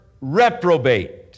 reprobate